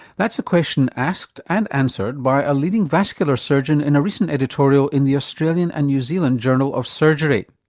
that's the question asked and answered by a leading vascular surgeon in a recent editorial in the australian and new zealand journal of surgery.